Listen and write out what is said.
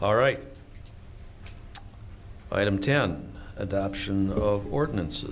all right item ten adoption of ordinance